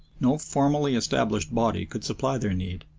no formally established body could supply their need.